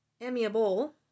amiable